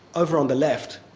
over on the left,